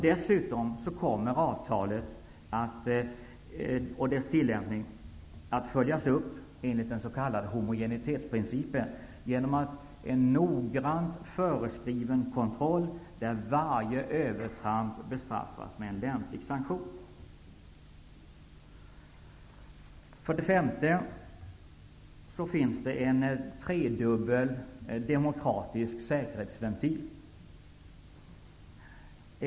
Dessutom kommer avtalets tillämpning att följas upp enligt den s.k. homogenitetsprincipen genom en noggrant föreskriven kontroll, där varje ''övertramp'' bestraffas med lämplig sanktion. För det femte finns en tredubbel demokratisk säkerhetsventil.